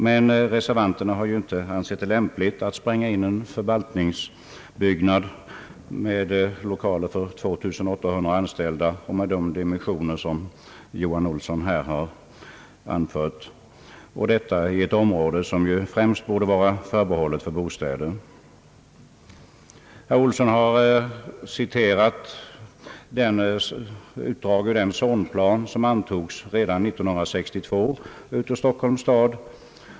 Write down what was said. Men reservanterna anser det inte lämpligt att spränga in en förvaltningsbyggnad med lokaler för 2 800 anställda och med de dimensioner, som herr Johan Olsson nyss har talat om, i ett område som främst borde vara förbehållet för bostäder. Herr Olsson har citerat utdrag ur den zonplan, som antogs redan 1962 av Stockholms stad.